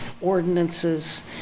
ordinances